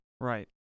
Right